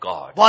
God